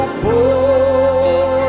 poor